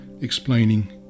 explaining